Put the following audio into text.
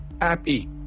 happy